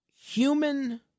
human